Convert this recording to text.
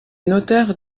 notaire